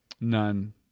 None